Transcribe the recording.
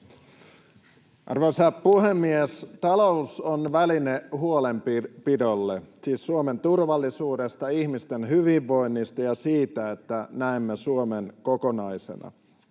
Arvoisa puhemies! Talous on väline huolenpidolle, siis Suomen turvallisuudesta, ihmisten hyvinvoinnista ja siitä, että näemme Suomen kokonaisena.